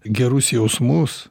gerus jausmus